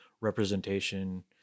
representation